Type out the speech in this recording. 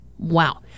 Wow